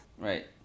right